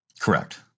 Correct